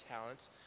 talents